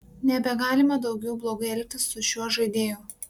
nebegalima daugiau blogai elgtis su šiuo žaidėju